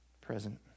present